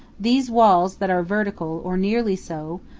these walls, that are vertical, or nearly so,